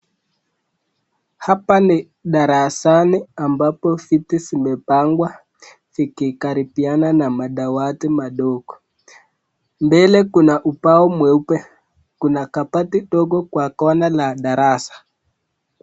Hapa ni darasani ambapo viti zimepangwa zikikaribiana na madawati madogo. Mbele kuna ubao mweupe. Kuna kabati ndogo kwa kona la darasa.